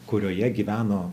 kurioje gyveno